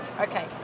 Okay